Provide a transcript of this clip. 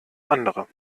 andere